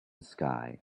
sky